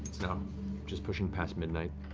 just pushing past midnight.